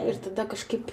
ir tada kažkaip